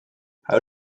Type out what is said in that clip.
how